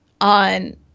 on